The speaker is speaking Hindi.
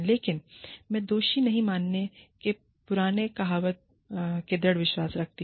लेकिन मैं दोषी नहीं मानने के पुराने कहावत में दृढ़ विश्वास रखता हूं